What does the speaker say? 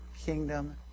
Kingdom